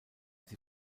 sie